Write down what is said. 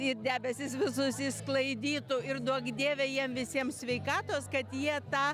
ir debesis visus išsklaidytų ir duok dieve jiem visiem sveikatos kad jie tą